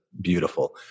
beautiful